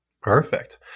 Perfect